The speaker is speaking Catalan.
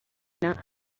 feina